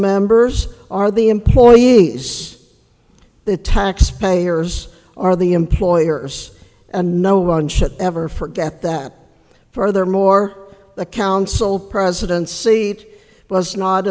members are the employees the taxpayers are the employers and no one should ever forget that furthermore the council president's seat was not